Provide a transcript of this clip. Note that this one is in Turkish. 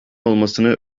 olmasını